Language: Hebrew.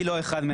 היא לא אחד מהם.